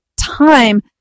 time